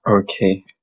Okay